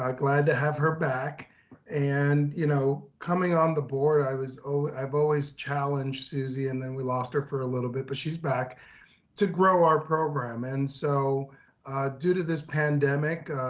ah glad to have her back and you know coming on the board, i was, i've always challenged susy. and then we lost her for a little bit, but she's back to grow our program. and so due to this pandemic,